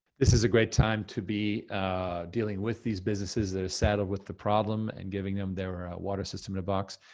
this is a great time to be dealing with these businesses that are saddled with the problem and giving them their water system in a box.